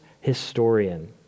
historian